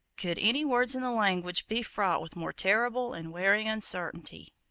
could any words in the language be fraught with more terrible and wearing uncertainty?